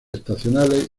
estacionales